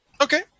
Okay